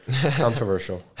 controversial